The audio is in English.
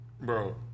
Bro